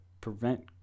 prevent